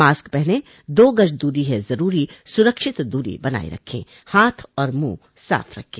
mask पहनें दो गज दूरी है जरूरी सुरक्षित दूरी बनाए रखें हाथ और मुंह साफ रखें